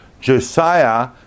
Josiah